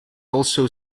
also